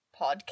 Podcast